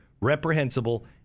reprehensible